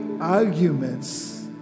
arguments